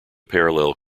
parallel